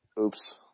Oops